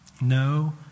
no